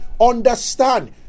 understand